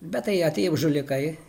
bet tai atėjo žulikai